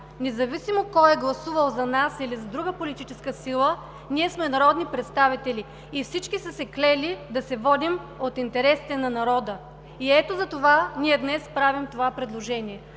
Независимо кой е гласувал за нас или за друга политическа сила, ние сме народни представители. Всички са се клели да се водим от интересите на народа. Ето затова ние днес правим това предложение